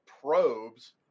probes